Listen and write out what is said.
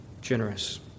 generous